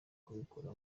kubikora